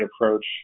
approach